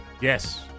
Yes